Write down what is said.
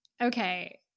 Okay